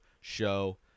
show